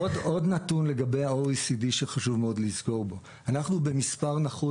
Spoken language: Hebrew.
עוד נתון לגבי ה-OECD שחשוב מאוד לזכור: אנחנו במספר נחות,